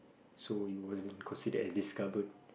so it was considered as discovered